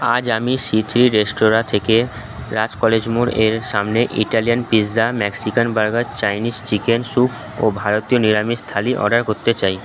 আজ আমি সিঁথির রেস্তোরাঁ থেকে রাজ কলেজ মোড়ের সামনে Italian pizza Mexican burger Chinese chicken soup ও ভারতীয় নিরামিষ থালি অর্ডার করতে চাই